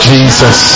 Jesus